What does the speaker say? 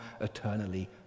eternally